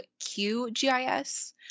QGIS